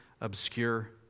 obscure